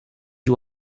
you